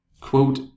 quote